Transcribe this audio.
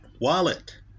wallet